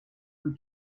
who